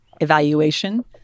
evaluation